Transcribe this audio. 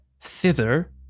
thither